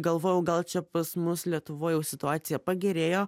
galvojau gal čia pas mus lietuvoj jau situacija pagerėjo